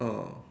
ah